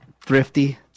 thrifty